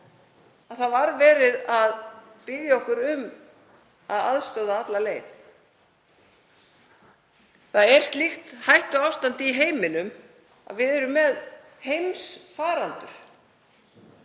að verið var að biðja okkur um að aðstoða alla leið. Það er slíkt hættuástand í heiminum að við erum með heimsfaraldur